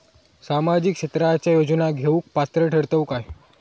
सामाजिक क्षेत्राच्या योजना घेवुक पात्र ठरतव काय?